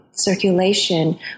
circulation